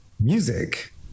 music